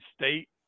state